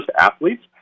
athletes